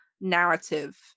narrative